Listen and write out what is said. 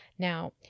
Now